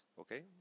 okay